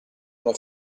una